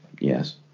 yes